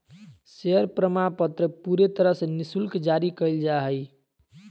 share प्रमाणपत्र पूरे तरह से निःशुल्क जारी कइल जा हइ